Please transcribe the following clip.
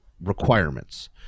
requirements